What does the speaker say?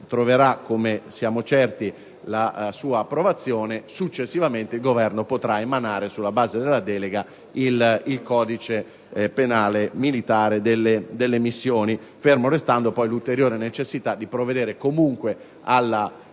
troverà - come siamo certi - la sua approvazione, successivamente il Governo potrà emanare, sulla base della delega, il codice penale militare delle missioni, ferma restando l'ulteriore necessità di provvedere comunque alla